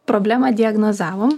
problemą diagnozavom